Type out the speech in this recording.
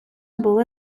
були